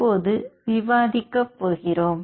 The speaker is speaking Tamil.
இப்போது விவாதிக்க போகிறோம்